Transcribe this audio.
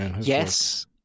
Yes